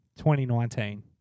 2019